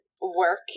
work